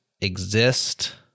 exist